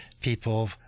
people